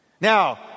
Now